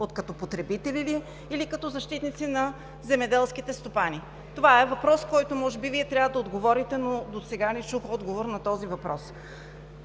– като потребители ли, или като защитници на земеделските стопани? Това е въпрос, на който Вие може би трябва да отговорите, но досега не чух отговор. Заплашвахте